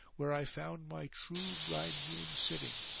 where i found my true bridegroom sitting,